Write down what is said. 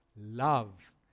love